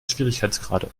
schwierigkeitsgrade